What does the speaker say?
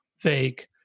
vague